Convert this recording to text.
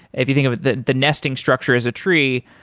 if you think of it that the nesting structure as a tree,